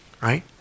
right